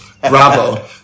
Bravo